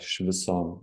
iš viso